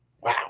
Wow